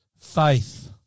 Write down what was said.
faith